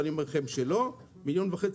ואני אומר לכם שלא הנחה של 1.5 מיליון שקל,